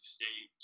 State